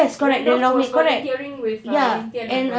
randolf was volunteering with lim tian apa